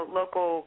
local